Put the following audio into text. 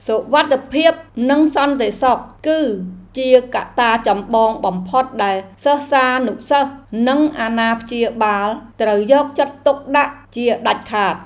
សុវត្ថិភាពនិងសន្តិសុខ គឺជាកត្តាចម្បងបំផុតដែលសិស្សានុសិស្សនិងអាណាព្យាបាលត្រូវយកចិត្តទុកដាក់ជាដាច់ខាត។